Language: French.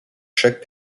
chaque